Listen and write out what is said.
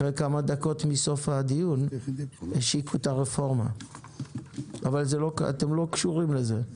אחרי כמה דקות מסוף הדיון השיקו את הרפורמה אבל אתן לא קשורות לזה.